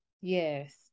Yes